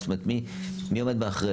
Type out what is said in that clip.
מי עומד מאחורי